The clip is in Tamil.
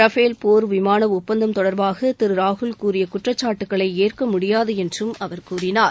ரஃபேல் போர் விமான ஒப்பந்தம் தொடர்பாக திரு ராகுல் கூறிய குற்றச்சாட்டுக்களை ஏற்க முடியாது என்றும் அவர் கூறினார்